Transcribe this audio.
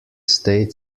state